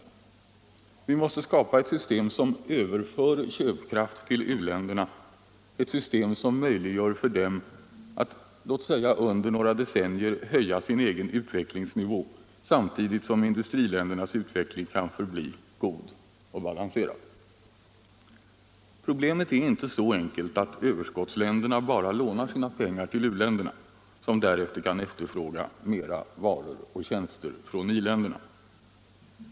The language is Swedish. Onsdagen den Vi måste skapa ett system som överför köpkraft till u-länderna, ett system 19 mars 1975 som möjliggör för dem att, låt oss säga under några decennier, höja sin egen utvecklingsnivå samtidigt som industriländernas utveckling kan för = Utrikes-, handelsbli god och balanserad. Problemet är inte så enkelt att överskottsländerna = och valutapolitisk bara lånar sina pengar till u-länderna, som därefter kan efterfråga mera = debatt varor och tjänster från i-länderna.